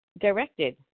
directed